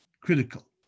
critical